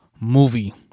movie